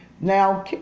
now